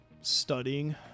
studying